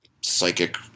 psychic